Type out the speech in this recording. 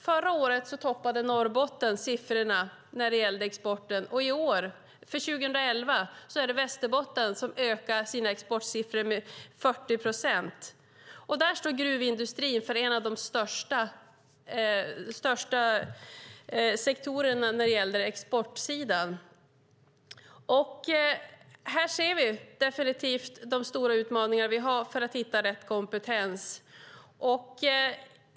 Förra året toppade Norrbotten siffrorna när det gällde exporten. I år, för 2011, är det Västerbotten som ökar sina exportsiffror med 40 procent. Där är gruvindustrin en av de största sektorerna på exportsidan. Här ser vi definitivt de stora utmaningar som vi har för att hitta rätt kompetens.